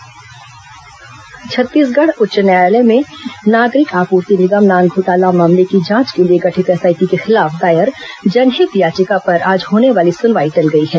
high court NAN घोटाला छत्तीसगढ़ उच्च न्यायालय में नागरिक आपूर्ति निगम नान घोटाला मामले की जांच के लिए गठित एसआईटी के खिलाफ दायर जनहित याचिका पर आज होने वाली सुनवाई टल गई है